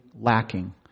lacking